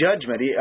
judgment